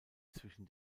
zwischen